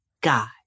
God